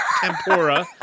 Tempura